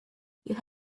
you